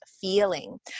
feeling